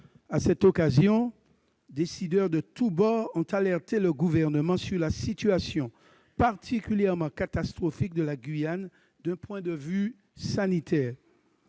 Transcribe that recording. À cette occasion, des décideurs de tous bords ont alerté le Gouvernement sur la situation particulièrement catastrophique de la Guyane d'un point de vue sanitaire.